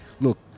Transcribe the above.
look